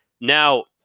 Now